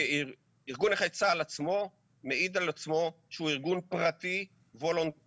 ארגון נכי צה"ל עצמו מעיד על עצמו שהוא ארגון פרטי וולונטרי.